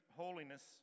holiness